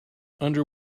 under